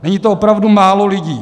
Není to opravdu málo lidí.